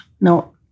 No